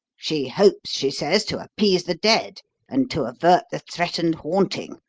she hopes, she says, to appease the dead and to avert the threatened haunting.